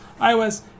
iOS